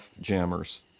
jammers